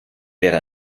wäre